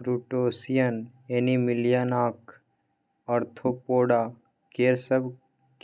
crustacean एनीमिलियाक Arthropoda केर सब